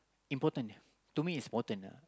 important ya to me is important ya